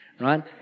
right